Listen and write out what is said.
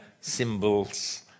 symbols